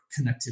connectivity